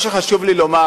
מה שחשוב לי לומר,